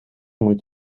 moet